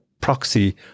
proxy